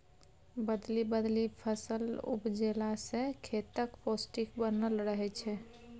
बदलि बदलि फसल उपजेला सँ खेतक पौष्टिक बनल रहय छै